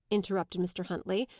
interrupted mr. huntley.